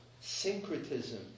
syncretism